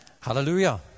Hallelujah